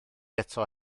eto